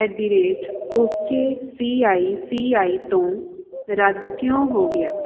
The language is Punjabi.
at the rate okay C I C I ਤੋਂ ਰੱਦ ਕਿਉਂ ਹੋ ਗਿਆ